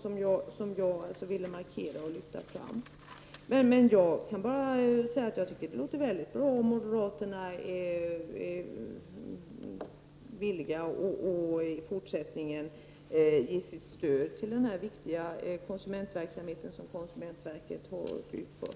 som jag här ville markera och lyfta fram. Sammanfattningsvis tycker jag att det är mycket bra om moderaterna i fortsättningen vill ge sitt stöd till den viktiga konsumentverksamhet som konsumentverket bedriver.